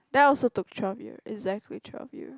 that also took twelve year exactly twelve year